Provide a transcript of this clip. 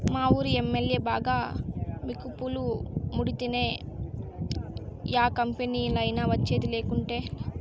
మావూరి MLA బాగా మికుపులు ముడితేనే యా కంపెనీలైనా వచ్చేది, లేకుంటేలా